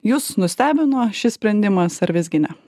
jus nustebino šis sprendimas ar visgi ne